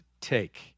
take